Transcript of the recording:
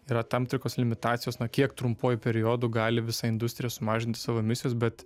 yra tam tikros limitacijos na kiek trumpuoju periodu gali visa industrija sumažinti savo emisijas bet